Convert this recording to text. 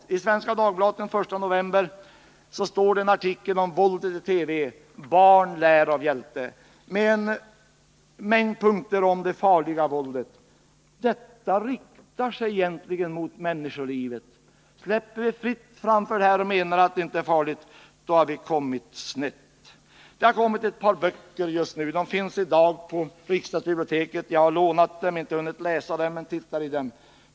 I Svenska Dagbladet den 1 november står det en artikel om våldet i TV. Den har rubriken: Barn lär av ”hjälte”. Artikeln visar i en rad punkter vad som är farligt våld. Detta riktar sig egentligen mot människolivet. Släpper vi fritt fram för sådant och menar att det inte är farligt, då har vi hamnat snett. Det har nyligen kommit ett par böcker, som jag har lånat på riksdagsbiblioteket. Jag har inte hunnit läsa dem men har tittat i dem.